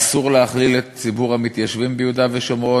אסור להכליל את ציבור המתיישבים ביהודה ושומרון.